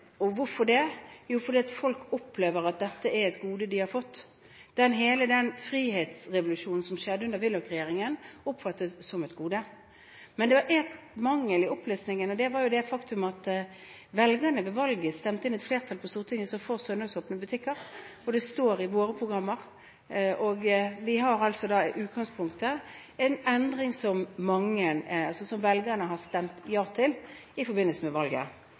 og hvorfor det? Jo, fordi folk opplever at det er et gode de har fått. Hele den frihetsrevolusjonen som skjedde under Willoch-regjeringen, oppfattes som et gode. Men det var én mangel i opplesningen, og det var det faktum at velgerne ved valget stemte inn et flertall på Stortinget som var for søndagsåpne butikker. Det står i våre programmer. Vi har altså i utgangspunktet en endring som velgerne har stemt ja til i forbindelse med valget.